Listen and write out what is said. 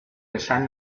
esan